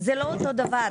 זה לא אותו הדבר.